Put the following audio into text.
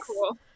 cool